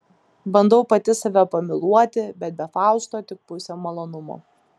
bandau pati save pamyluoti bet be fausto tik pusė malonumo